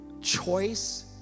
choice